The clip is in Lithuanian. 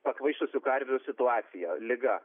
pakvaišusių karvių situacija liga